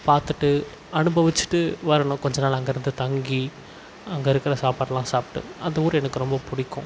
பார்த்துட்டு அனுபவிச்சுட்டு வரணும் கொஞ்சம் நாள் அங்கே இருந்து தங்கி அங்கே இருக்கிற சாப்பாடுலாம் சாப்பிட்டு அந்த ஊர் எனக்கு ரொம்ப பிடிக்கும்